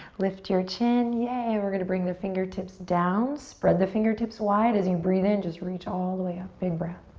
lift your chin. yay! yay! we're gonna bring the fingertips down. spread the fingertips wide. as you breathe in, just reach all the way up, big breath.